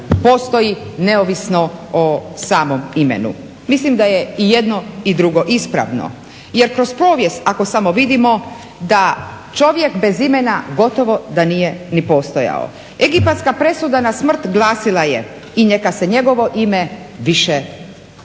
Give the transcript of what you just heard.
postoji neovisno o samom imenu. Mislim da je i jedno i drugo ispravno, jer kroz povijest ako samo vidimo da čovjek bez imena gotovo da nije ni postojao. Egipatska presuda na smrt glasila je: „I neka se njegovo ime više ne